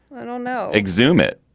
i don't know. exuma it.